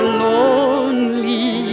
lonely